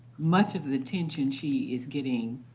much of the attention she is getting